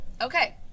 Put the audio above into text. Okay